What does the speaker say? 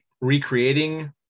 recreating